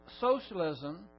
socialism